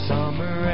Summer